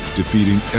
defeating